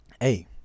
hey